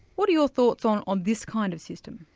what are your thoughts on on this kind of system?